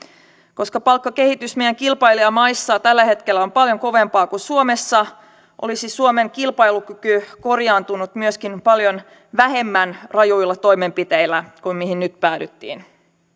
koska palkkakehitys meidän kilpailijamaissamme tällä hetkellä on paljon kovempaa kuin suomessa olisi suomen kilpailukyky korjaantunut myöskin paljon vähemmän rajuilla toimenpiteillä kuin mihin nyt päädyttiin